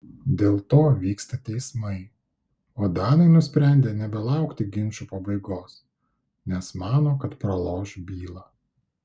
dėl to vyksta teismai o danai nusprendė nebelaukti ginčų pabaigos nes mano kad praloš bylą